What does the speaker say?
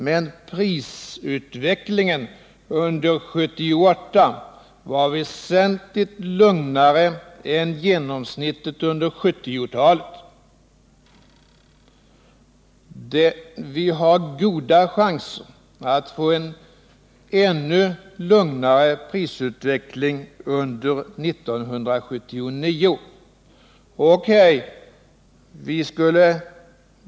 Men prisutvecklingen under 1978 var väsentligt lugnare än genomsnittet under 1970-talet. Vi har goda chanser att få en ännu lugnare prisutveckling under 1979. O.K.